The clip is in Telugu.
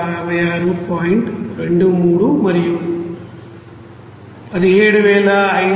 23 మరియు 17595